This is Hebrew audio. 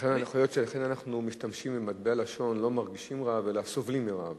לכן אנחנו משתמשים במטבע לשון: לא "מרגישים רעב" אלא "סובלים מרעב".